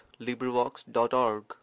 LibriVox.org